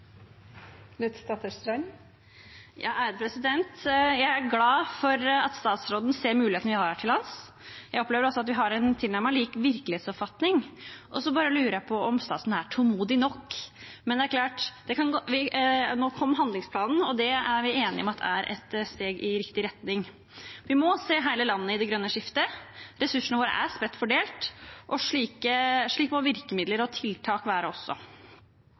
glad for at statsråden ser mulighetene vi har her til lands, og jeg opplever at vi har en tilnærmet lik virkelighetsoppfatning. Jeg barer lurer på om statsråden er utålmodig nok. Nå kom handlingsplanen, og det er vi enige om er et steg i riktig retning. Vi må se hele landet i det grønne skiftet. Ressursene våre er spredt fordelt, og slik må virkemidler og tiltak også være. Bioøkonomien kjennetegnes av komplekse og sammensatte verdikjeder. For å utvikle bioøkonomien må virkemidlene ha sømløse overganger fra idé til marked. Det peker handlingsplanen på. Det er også